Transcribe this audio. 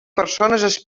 persones